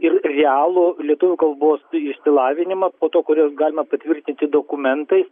ir realų lietuvių kalbos išsilavinimą po to kuriuos galima patvirtinti dokumentais